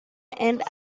and